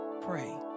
pray